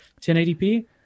1080p